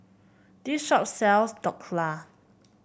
this shop sells Dhokla